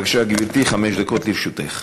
בבקשה, גברתי, חמש דקות לרשותך.